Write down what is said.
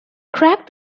crack